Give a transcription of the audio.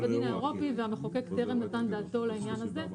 בדין האירופי והמחוקק טרם נתן דעתו לעניין הזה,